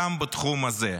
גם בתחום הזה.